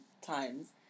times